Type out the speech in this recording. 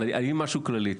אבל אני אגיד משהו כללי,